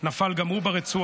מפסגת זאב, נפל גם הוא ברצועה.